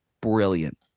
brilliant